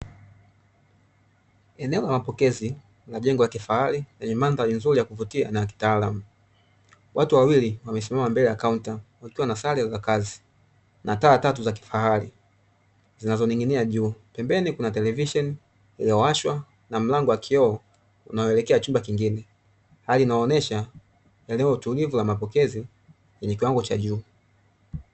Eneo la mapokezi la jengo la kifahari, lenye mandhari nzuri, yakuvutia na kitaalamu, watu wawili wamesimama mbele ya kaunta, wakiwa na sare za kazi, na taa tatu za kifahari, zinazoning'inia juu, pembeni kuna televisheni iliyowashwa na mlango wa kioo unaoelekea chumba kingine, hali inayoonyesha eneo la utulivu la mapokezi, yenye kiwango cha juu.